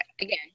Again